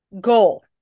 goal